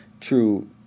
true